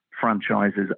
franchises